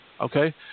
Okay